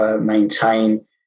maintain